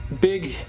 big